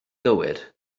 gywir